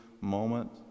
moment